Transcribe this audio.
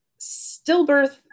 stillbirth